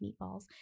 meatballs